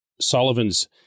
Sullivan's